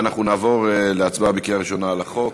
ואנחנו נעבור להצבעה בקריאה ראשונה על החוק.